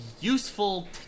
useful